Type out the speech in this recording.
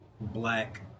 black